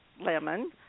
Lemon